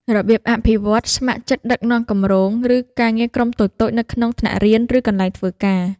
របៀបអភិវឌ្ឍន៍ស្ម័គ្រចិត្តដឹកនាំគម្រោង ឬការងារក្រុមតូចៗនៅក្នុងថ្នាក់រៀន ឬកន្លែងធ្វើការ។